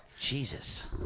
Jesus